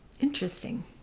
interesting